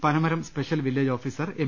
Panamaram special village officer M